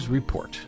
Report